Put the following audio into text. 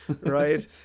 Right